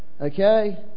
Okay